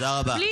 תודה רבה.